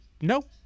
no